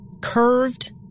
curved